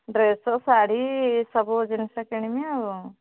dress sari ସବୁ ଜିନିଷ କିଣିବି ଆଉ